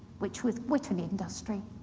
which with wit and industry,